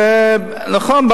ונכון,